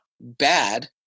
bad